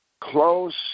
close